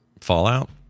Fallout